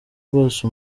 bwose